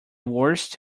worst